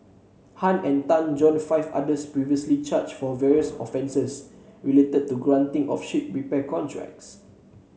Han and Tan join five others previously charged for various offences related to the granting of ship repair contracts